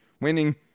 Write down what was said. Winning